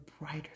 brighter